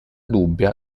dubbia